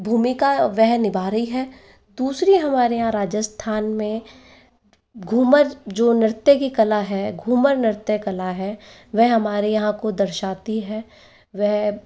भूमिका वह निभा रही है दूसरी हमारे यहाँ राजस्थान में घूमर जो नृत्य की कला है घूमर नृत्य कला है वह हमारे यहाँ को दर्शाती है वह